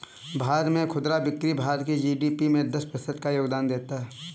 भारत में खुदरा बिक्री भारत के जी.डी.पी में दस प्रतिशत का योगदान देता है